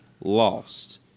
lost